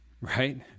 right